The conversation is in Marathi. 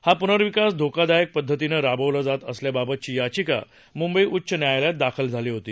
हा पुनर्विकास धोकादायक पद्धतीनं राबवला जात असल्याबाबतची याचिका मुंबई उच्च न्यायालयात दाखल झाली होती